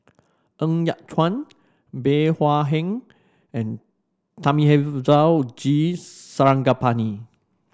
Ng Yat Chuan Bey Hua Heng and Thamizhavel G Sarangapani